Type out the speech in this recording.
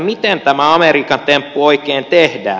miten tämä amerikan temppu oikein tehdään